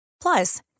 Plus